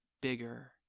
bigger